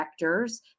vectors